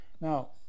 Now